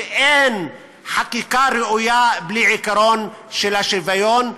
שאין חקיקה ראויה בלי העיקרון של השוויון.